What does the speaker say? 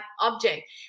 object